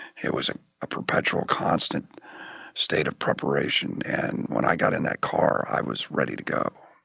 it was a perpetual constant state of preparation. and when i got in that car, i was ready to go